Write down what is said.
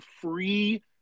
free